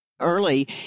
early